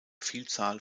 vielzahl